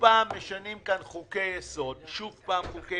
משנים כאן חוקי-יסוד, שוב חוקי-יסוד,